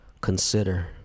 consider